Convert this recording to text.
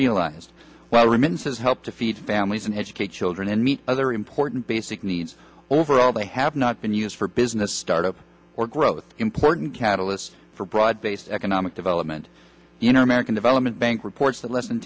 realized well written says help to feed families and educate children and meet other important basic needs overall they have not been used for business start up or growth important catalyst for broad based economic development in american development bank reports that less than